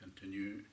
continue